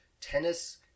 tennis